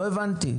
לא הבנתי.